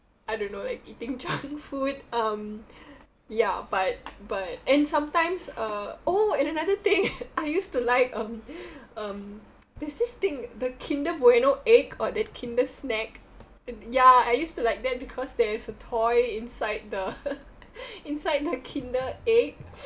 I don't know like eating junk food um ya but but and sometimes uh oh and another thing I used to like um um there's this thing the kinder bueno egg or that kinder snack ya I used to like that because there is a toy inside the inside the kinder egg